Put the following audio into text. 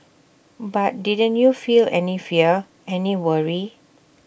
but didn't you feel any fear any worry